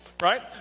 Right